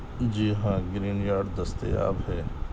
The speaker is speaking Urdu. جی ہاں گرین یارڈ دستیاب ہے